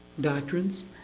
doctrines